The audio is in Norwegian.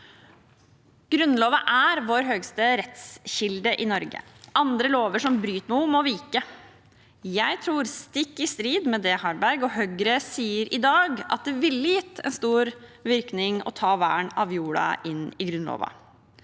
Grunnloven er vår høyeste rettskilde i Norge. Andre lover som bryter med den, må vike. Jeg tror, stikk i strid med det representanten Harberg og Høyre sier i dag, at det ville ha gitt en stor virkning å ta vern av jorda inn i Grunnloven.